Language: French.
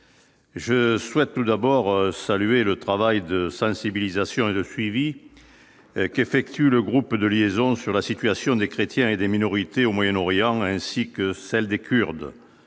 Je souhaite tout d'abord saluer le travail de sensibilisation et de suivi qu'effectue le groupe de liaison sur la situation des chrétiens et des minorités au Moyen-Orient ainsi que celle des Kurdes,